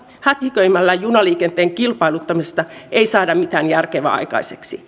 hätiköimällä junaliikenteen kilpailuttamisessa ei saada mitään järkevää aikaiseksi